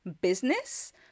business